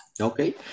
Okay